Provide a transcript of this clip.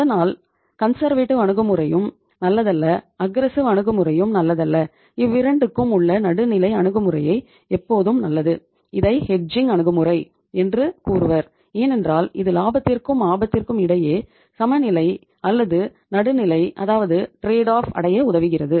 அதனால் கன்சர்வேட்டிவ் அடைய உதவுகிறது